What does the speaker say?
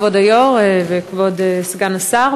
כבוד היושב-ראש וכבוד סגן השר,